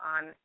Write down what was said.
on